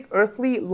earthly